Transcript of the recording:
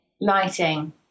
lighting